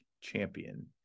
champion